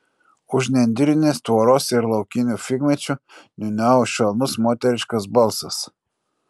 už nendrinės tvoros ir laukinių figmedžių niūniavo švelnus moteriškas balsas